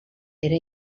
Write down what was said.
era